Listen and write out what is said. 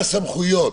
הסמכויות